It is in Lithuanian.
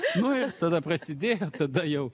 nu ir tada prasidėjo tada jau